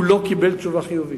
הוא לא קיבל תשובה חיובית.